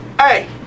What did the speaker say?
Hey